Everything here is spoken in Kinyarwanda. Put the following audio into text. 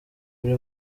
buri